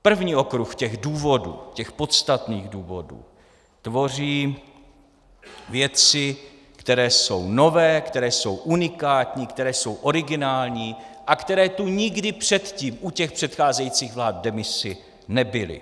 První okruh těch důvodů, těch podstatných důvodů, tvoří věci, které jsou nové, které jsou unikátní, které jsou originální a které tu nikdy předtím u těch předcházejících vlád v demisi nebyly.